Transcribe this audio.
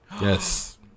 Yes